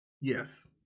Yes